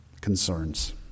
concerns